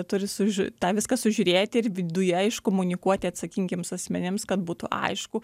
turi sužiu tą viską sužiūrėti ir viduje iškomunikuoti atsakingiems asmenims kad būtų aišku